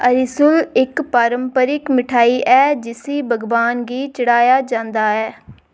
एरीसुल इक पारंपरिक मठेआई ऐ जिसी भगवान गी चढ़ाया जंदा ऐ